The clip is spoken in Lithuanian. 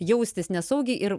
jaustis nesaugiai ir